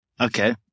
okay